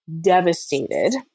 devastated